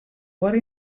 vora